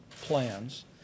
plans